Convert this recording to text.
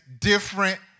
different